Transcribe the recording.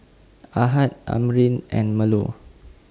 Ahad Amrin and Melur